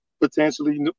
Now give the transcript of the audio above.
potentially